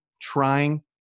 trying